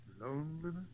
Loneliness